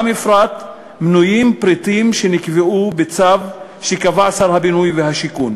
במפרט מנויים פריטים שנקבעו בצו שקבע שר הבינוי והשיכון.